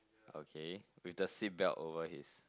okay with the seatbelt over his